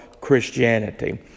Christianity